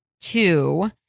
two